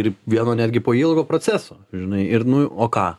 ir vieno netgi po ilgo proceso žinai ir nu o ką